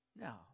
No